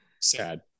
Sad